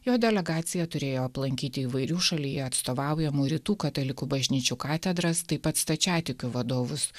jo delegacija turėjo aplankyti įvairių šalyje atstovaujamų rytų katalikų bažnyčių katedras taip pat stačiatikių vadovus